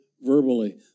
verbally